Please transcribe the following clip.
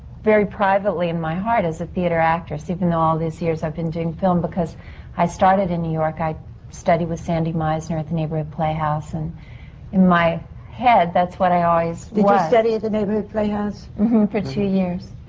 very privately in my heart, as a theatre actress, even though all these years i've been doing film. because i started in new york. i studied with sandy meisner at the neighborhood playhouse. and in my head, that's what i always was. did you study at the neighborhood playhouse? mmm hmm. for two years.